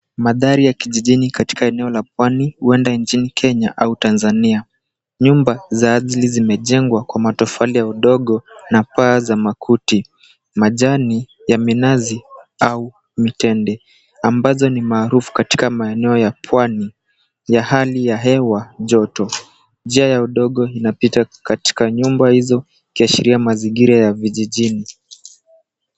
Mandhari ya kijijini katika eneo la pwani, huenda nchini Kenya au Tanzania. Nyumba za ajili zimejengwa kwa matofali ya udogo na paa za makuti, majani ya minazi au mitende. Ambazo ni maarufu katika maeneo ya pwani, ya hali ya hewa, joto. Njia ya udogo inapita katika nyumba hizo ikiashiria mazingira ya vijijini.